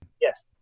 Yes